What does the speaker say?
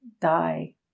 die